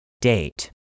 Date